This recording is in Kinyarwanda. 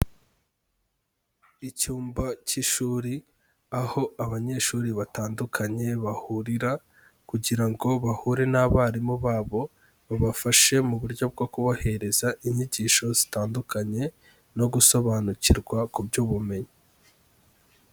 Icyumba cy'ishuri, aho abanyeshuri batandukanye bahurira kugira ngo bahure n'abarimu babo, babafashe mu buryo bwo kubahereza inyigisho zitandukanye, no gusobanukirwa ku by'ubumenyi.